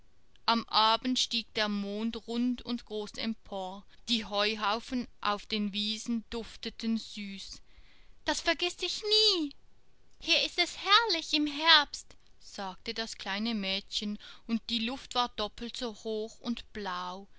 am abend stieg der mond rund und groß empor die heuhaufen auf den wiesen dufteten süß das vergißt sich nie hier ist es herrlich im herbst sagte das kleine mädchen und die luft war doppelt so hoch und blau